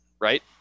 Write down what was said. right